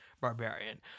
barbarian